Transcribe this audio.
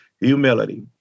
Humility